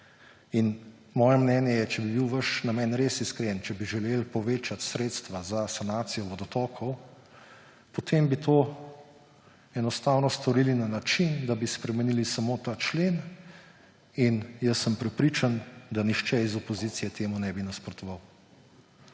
In moje mnenje je, če bi bil vaš namen res iskren, če bi želeli povečati sredstva za sanacijo vodotokov, potem bi to enostavno storili na način, da bi spremenili samo ta člen; in jaz sem prepričan, da nihče iz opozicije temu ne bi nasprotoval.